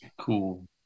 Cool